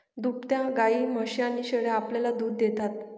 दुभत्या गायी, म्हशी आणि शेळ्या आपल्याला दूध देतात